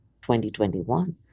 2021